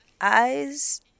eyes